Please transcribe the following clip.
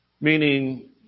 meaning